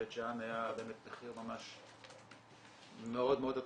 בבית שאן היה באמת מחיר מאוד מאוד אטרקטיבי,